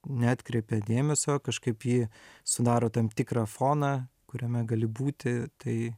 neatkreipia dėmesio kažkaip ji sudaro tam tikrą foną kuriame gali būti tai